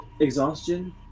exhaustion